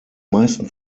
meisten